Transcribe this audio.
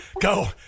Go